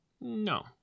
no